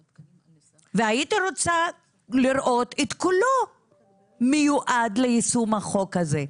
והייתי רוצה לראות את כולו מיועד ליישום החוק הזה.